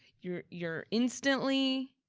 you're you're instantly,